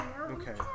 Okay